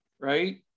right